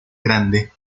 grande